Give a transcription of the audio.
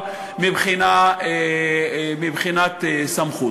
מבחינת סמכות.